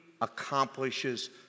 accomplishes